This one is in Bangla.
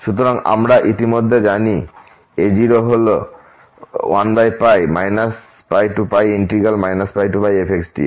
সুতরাং আমরা ইতিমধ্যে জানি a0 হল 1 πf dx